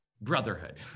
brotherhood